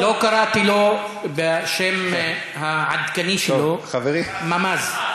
לא קראתי לו בשם העדכני שלו, ממ"ז.